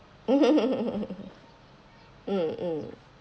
mm mm